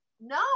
no